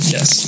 Yes